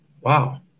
wow